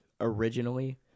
originally